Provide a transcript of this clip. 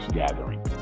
gathering